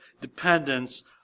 dependence